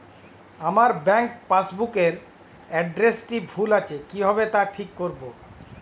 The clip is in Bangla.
আমার ব্যাঙ্ক পাসবুক এর এড্রেসটি ভুল আছে কিভাবে তা ঠিক করবো?